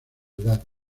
edad